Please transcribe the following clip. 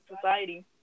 society